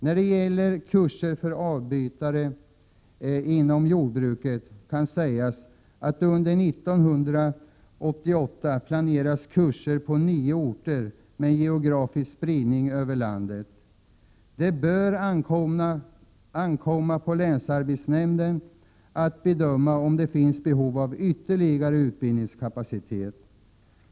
När det gäller kurser för avbytare inom jordbruket kan sägas att det under 1988 planeras kurser på nio orter med geografisk spridning över landet. Det bör ankomma på länsarbetsnämnden att bedöma om det finns behov av ytterligare utbildningskapacitet.